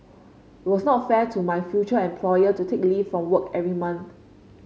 it was not fair to my future employer to take leave from work every month